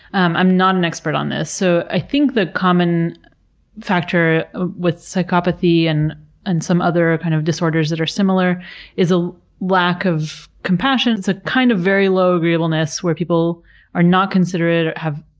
um i'm not an expert on this, so i think the common factor with psychopathy and and some other kind of disorders that are similar is a lack of compassion. it's a kind of very low agreeableness where people are not considerate or have,